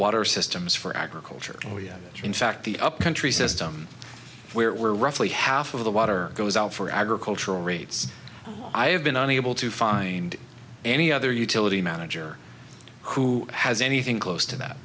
water systems for agricultural yet in fact the upcountry system where we're roughly half of the water goes out for agricultural rates i've been unable to find any other utility manager who has anything close to that